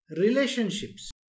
Relationships